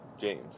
James